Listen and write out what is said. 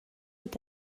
est